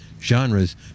genres